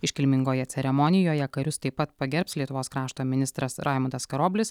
iškilmingoje ceremonijoje karius taip pat pagerbs lietuvos krašto ministras raimundas karoblis